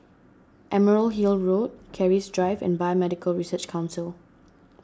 Emerald Hill Road Keris Drive and Biomedical Research Council